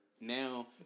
Now